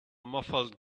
muffled